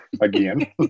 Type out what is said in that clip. again